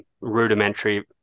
rudimentary